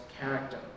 character